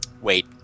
wait